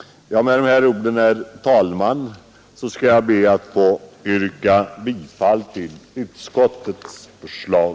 Med dessa ord, herr talman, skall jag be att få yrka bifall till utskottets förslag.